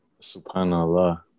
subhanAllah